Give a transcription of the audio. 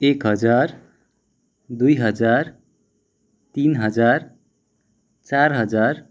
एक हजार दुई हजार तिन हजार चार हजार